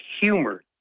humor